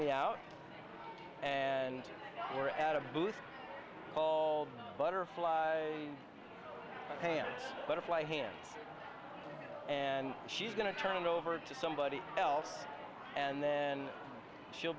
me out and we're at a booth all butterfly hands butterfly hands and she's going to turn it over to somebody else and then she'll